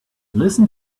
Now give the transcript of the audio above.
listen